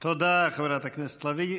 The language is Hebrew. תודה, חברת הכנסת לביא.